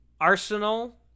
Arsenal